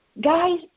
guys